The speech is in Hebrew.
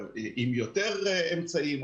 עם יותר אמצעים,